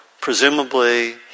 Presumably